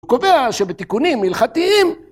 קובע שבתיקונים הילכתיים